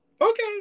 okay